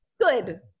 Good